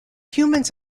humans